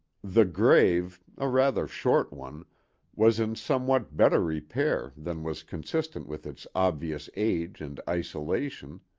the grave a rather short one was in somewhat better repair than was consistent with its obvious age and isolation,